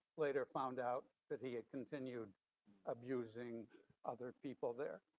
later found out that he had continued abusing other people there.